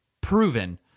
proven